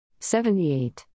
78